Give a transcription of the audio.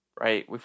right